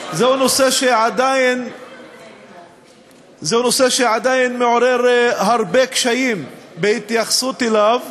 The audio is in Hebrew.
זה נושא שעדיין מעורר הרבה קשיים בהתייחסות אליו,